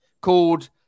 called